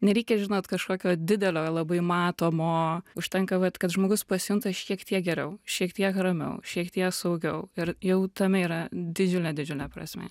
nereikia žinot kažkokio didelio labai matomo užtenka vat kad žmogus pasijunta šiek tiek geriau šiek tiek ramiau šiek tie saugiau ir jau tame yra didžiulė didžiulė prasmė